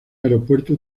aeropuerto